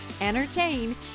entertain